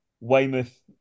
Weymouth